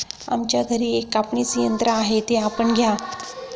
आमच्या घरी एक कापणीचे यंत्र आहे ते आपण घ्या